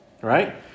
Right